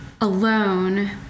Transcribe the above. alone